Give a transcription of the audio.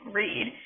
read